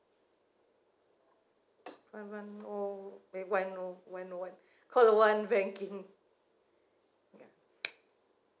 one one O eh one O one O what call one banking ya